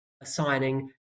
assigning